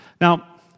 Now